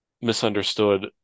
misunderstood